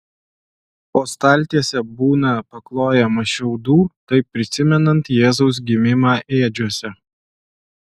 po staltiese būna paklojama šiaudų taip prisimenant jėzaus gimimą ėdžiose